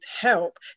help